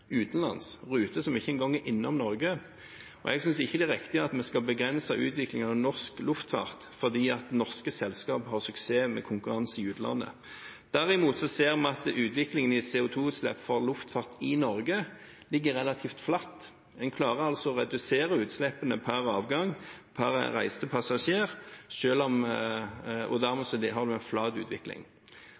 utenlands, ruter som ikke engang er innom Norge, og jeg synes ikke det er riktig at vi skal begrense utviklingen av norsk luftfart fordi at norske selskaper har suksess med konkurranse i utlandet. Derimot ser vi at utviklingen i CO2-utslipp fra luftfart i Norge ligger relativt flatt. En klarer altså å redusere utslippene per avgang, per reiste passasjer, og dermed har man en flat utvikling.